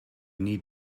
need